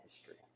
history